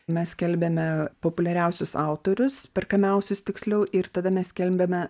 mes skelbiame populiariausius autorius perkamiausius tiksliau ir tada mes skelbiame